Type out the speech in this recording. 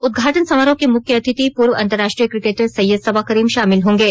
उदघाटन समारोह में मुख्य अतिथि पूर्व अंतरराष्ट्रीय क्रिकेटर सैयद सबा करीम शामिल होंगे